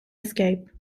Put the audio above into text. escape